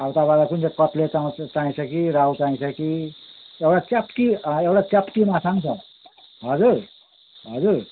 अब तपाईँलाई कुन चाहिँ कत्ले चाहिन्छ कि रहु चाहिन्छ कि च्याप्टी एउटा च्याप्टी माछा पनि छ हजुर हजुर